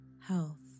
health